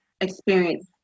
experience